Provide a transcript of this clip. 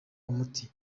umuti